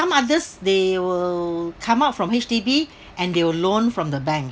others they will come up from H_D_B and they will loan from the bank